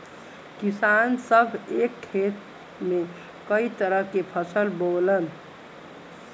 किसान सभ एक खेत में कई तरह के फसल बोवलन